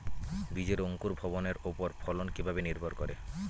বীজের অঙ্কুর ভবনের ওপর ফলন কিভাবে নির্ভর করে?